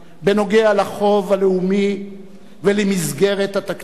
בנוגע לחוב הלאומי ולמסגרת התקציב,